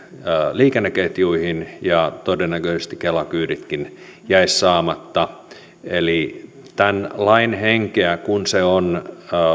liikenneketjuihin ja todennäköisesti kelan kyyditkin jäisivät saamatta eli tämän lain henkeä kun se on